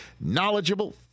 knowledgeable